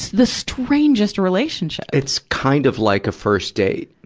this strangest relationship. it's kind of like a first date.